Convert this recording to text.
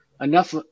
enough